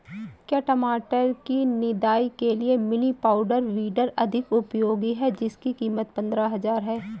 क्या टमाटर की निदाई के लिए मिनी पावर वीडर अधिक उपयोगी है जिसकी कीमत पंद्रह हजार है?